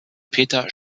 peter